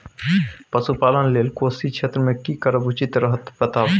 पशुपालन लेल कोशी क्षेत्र मे की करब उचित रहत बताबू?